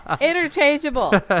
interchangeable